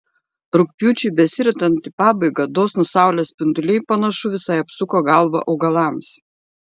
rugpjūčiui besiritant į pabaigą dosnūs saulės spinduliai panašu visai apsuko galvą augalams